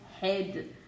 head